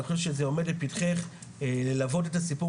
אני חושב זה עומד לפתחך ללוות את הסיפור